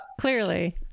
clearly